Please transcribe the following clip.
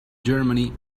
germany